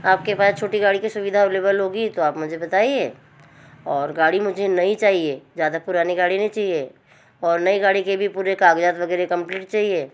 आपके पास छोटी गाड़ी की सुविधा एवलेबल होगी तो आप मुझे बताइए और गाड़ी मुझे नई चाहिए ज़्यादा पुरानी गाड़ी नहीं चाहिए और नई गाड़ी के भी पूरे कागजात वगैरह कंप्लीट चाहिए